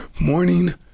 Morning